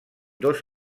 dos